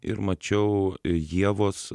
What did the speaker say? ir mačiau ievos